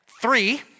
three